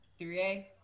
3A